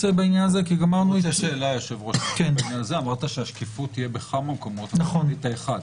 אמרנו שהשקיפות תהיה בכמה מקומות ומנית אחד.